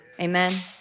Amen